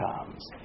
comes